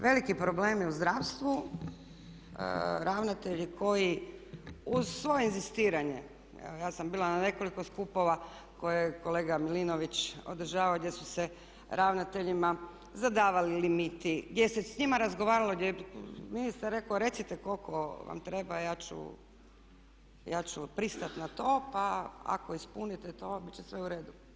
Veliki problemi u zdravstvu, ravnatelji koji uz svoje inzistiranje, evo ja sam bila na nekoliko skupova koje je kolega Milinović održavao gdje su se ravnateljima zadavali limiti, gdje se sa njima razgovaralo, ministar je rekao recite koliko vam treba, ja ću pristati na to pa ako ispunite to biti će sve u redu.